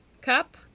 cup